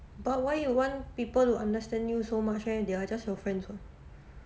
but why you want people to understand you so much eh they are just your friends [what]